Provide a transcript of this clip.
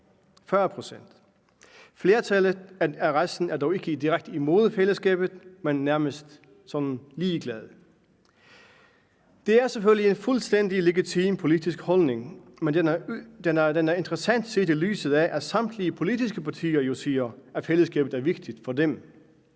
40 pct. Flertallet af resten er dog ikke direkte imod fællesskabet, men nærmest ligeglad. Det er selvfølgelig en fuldstændig legitim politisk holdning, men den er interessant, set i lyset af at samtlige politiske partier jo siger, at fællesskabet er vigtigt for dem.